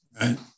right